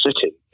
city